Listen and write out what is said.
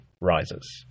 rises